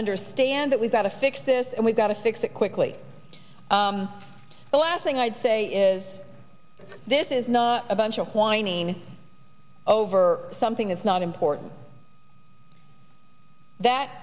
understand that we've got to fix this and we've got to fix it quickly the last thing i'd say is this is not a bunch of whining over something that's not important that